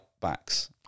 backs